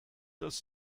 das